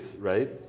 right